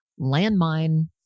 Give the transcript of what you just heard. landmine